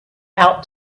out